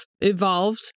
evolved